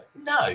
No